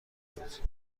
داد